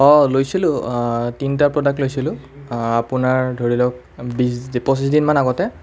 অঁ লৈছিলোঁ তিনিটা প্ৰডাক্ট লৈছিলোঁ আপোনাৰ ধৰি লওক বিছ পঁচিছ দিনমান আগতে